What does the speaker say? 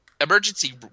Emergency